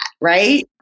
Right